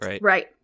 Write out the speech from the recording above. right